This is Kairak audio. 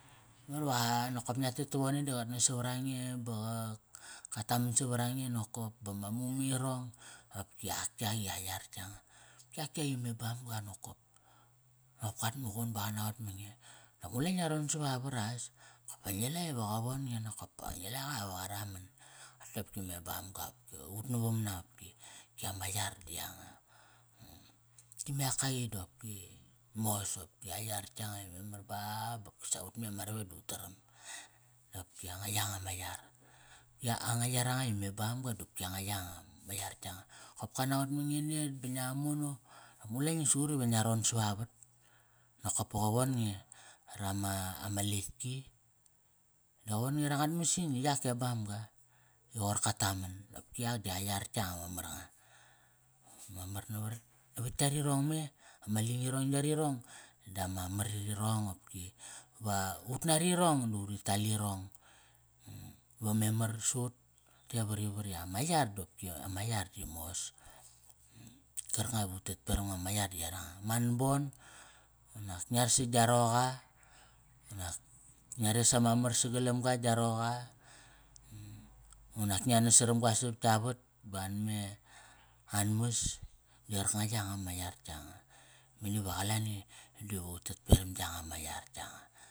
Memar iva nokop ngia tet tavone da qat nas savara nge ba qa, ka taman savarange nokop. Pa ma mume irong. Kopk i ak yak i a yar yanga. Qopki ak kai me bamga nokop. Nop kat muqun ba qa naqot mange Nak ngu la ngia ron savavatas, kop pa ngi la i qa von nge nokop pa ngi la qa iva qa raman. Tote opki me bamga opki ut navam na opki, opki ama yar di yanga. Ki me ak kai di opki mos opki a yar yanga memar ba basa utme ama ravek disa ut taram. Di opki anga yanga ma yar. Ki a, anga yaranga i me bamga dopki anga yanga, ma yar yanga. Kop ka naqot ma nge net ba ngia mono, ngula ngi siqut ive ngia ron sava vat, nokop pa qa von nge rama, ama letk ki da qa von nge rangat mas ini yak e bamga. I qoir ka taman qopki yak di a yar yanga ma mar nga Mamar navar, navat tkarirong me. Ama lingirong yarirong dama mar irong, qopki. Va ut nari irong da uri tal irong. Va memar sa ut te varivat i ama yar dopki ama yar di mos Karkanga va utet peram nga ma yar di yaranga. Man bon, unak ngiar si gia roqa, unak ngia res ama mar sagalamga gia roqa, unak ngia nas saramga sap tka vat ba an me an mas. Di qarkanga yanga ma yar yanga. Mani va qalani di utet peram yanga ma ma yar yanga.